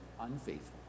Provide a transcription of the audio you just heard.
unfaithful